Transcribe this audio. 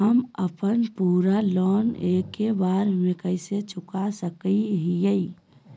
हम अपन पूरा लोन एके बार में कैसे चुका सकई हियई?